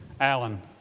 Alan